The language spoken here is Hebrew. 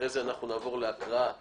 אחרי זה נעבור להקראה